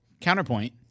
counterpoint